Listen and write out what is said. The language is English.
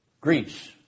Greece